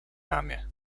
ramię